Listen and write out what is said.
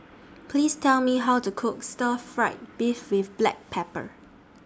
Please Tell Me How to Cook Stir Fried Beef with Black Pepper